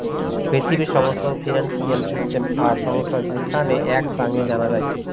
পৃথিবীর সমস্ত financial system আর সংস্থা যেখানে এক সাঙে জানা যায়